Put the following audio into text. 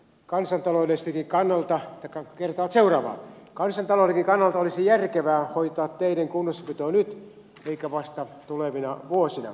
kansantalouden kannalta pitää kertoa seuraavan kansantaloudenkin kannalta olisi järkevää hoitaa teiden kunnossapito nyt eikä vasta tulevina vuosina